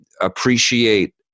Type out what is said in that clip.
appreciate